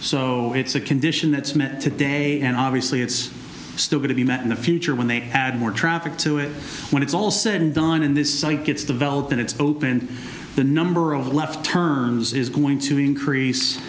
so it's a condition that's meant to date and obviously it's still going to be met in the future when they add more traffic to it when it's all said and done and this site gets developed that it's open the number of left turns is going to increase